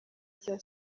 cya